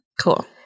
Cool